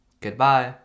goodbye